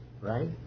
Right